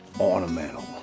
ornamental